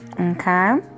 okay